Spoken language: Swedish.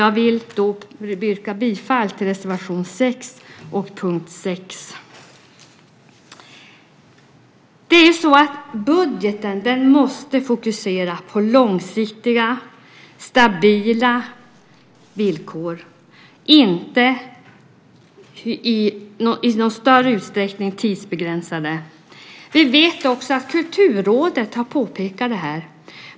Jag vill därför yrka bifall till reservation 6 under punkt 6. Budgeten måste fokusera på långsiktiga och stabila villkor. Villkoren ska inte i någon större utsträckning vara tidsbegränsade. Vi vet att också Kulturrådet påpekat detta.